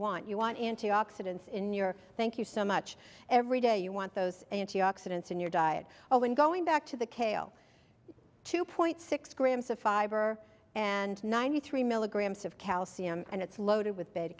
want you want antioxidants in your thank you so much every day you want those antioxidants in your diet all when going back to the kale two point six grams of fiber and ninety three milligrams of calcium and it's loaded with beta